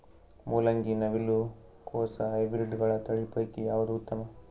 ಮೊಲಂಗಿ, ನವಿಲು ಕೊಸ ಹೈಬ್ರಿಡ್ಗಳ ತಳಿ ಪೈಕಿ ಯಾವದು ಉತ್ತಮ?